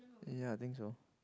ya I think so